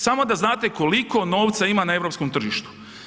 Samo da znate koliko novca ima na europskom tržištu.